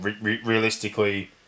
realistically